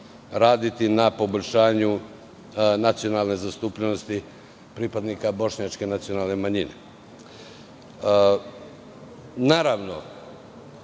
raditi na poboljšanju nacionalne zastupljenosti pripadnika bošnjačke nacionalne manjine. Ne